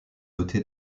doté